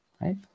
Right